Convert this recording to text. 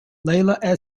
leila